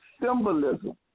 symbolism